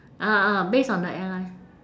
ah ah based on the airline